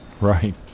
right